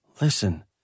Listen